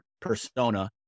persona